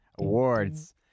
Awards